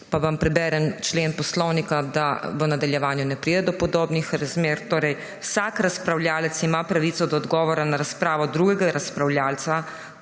Pa vam preberem člen Poslovnika, da v nadaljevanju ne pride do podobnih razmer. Torej: »Vsak razpravljavec ima pravico do odgovora na razpravo drugega razpravljavca,